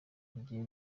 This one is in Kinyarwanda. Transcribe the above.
rigiye